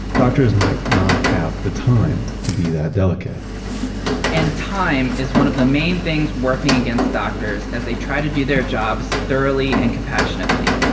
doctors might not have the time to be that delicate and time is one of the main things working against doctors as they try to do their jobs thoroughly and compassionately.